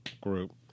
group